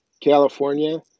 California